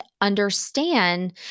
understand